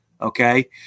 Okay